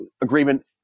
agreement